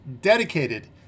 dedicated